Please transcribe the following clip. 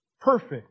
perfect